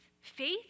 Faith